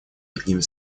другими